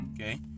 okay